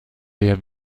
der